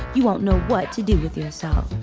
you won't know what to do with yourself.